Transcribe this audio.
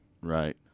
Right